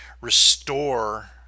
restore